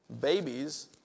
Babies